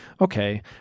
okay